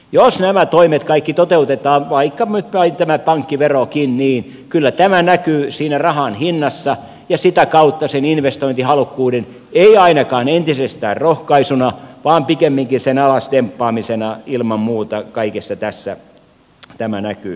jos nämä toimet kaikki toteutetaan vaikka vain tämä pankkiverokin niin kyllä tämä näkyy siinä rahan hinnassa ja sitä kautta sen investointihalukkuuden ei ainakaan entisestään rohkaisuna vaan pikemminkin sen alas dumppaamisena ilman muuta kaikessa tässä tämä näkyy